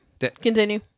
Continue